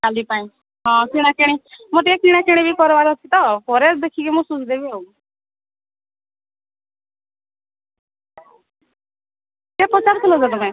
କାଲିପାଇଁ ହଁ କିଣାକିଣି ମୋର ଟିକେ କିଣାକିଣି ବି କରିବାର ଅଛି ତ ପରେ ଦେଖିକି ମୁଁ ଶୁଝିଦେବି ଆଉ କିଏ ପଚାରୁଥିଲ କି ତୁମେ